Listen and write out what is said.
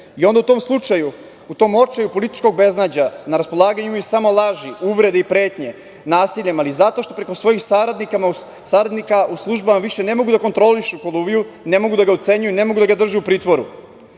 i onda u tom slučaju, u tom očaju političkog beznađa, na raspolaganju imaju samo laži, uvrede i pretnje nasiljem zato što preko svojih saradnika u službama ne mogu da kontrolišu Koluviju, ne mogu da ga ucenjuju, ne mogu da ga drže u pritvoru,